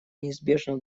неизбежно